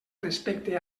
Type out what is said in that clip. respecte